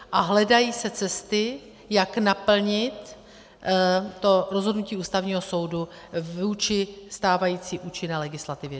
A hledají se cesty, jak naplnit to rozhodnutí Ústavního soudu vůči stávající účinné legislativě.